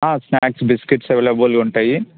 snacks biscuits అవైలబుల్గా ఉంటాయి